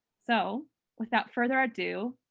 so without further ado,